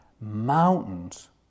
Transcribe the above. mountains